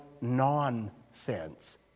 nonsense